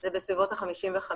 זה בסביבות ה-55%.